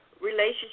relationship